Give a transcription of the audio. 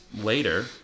later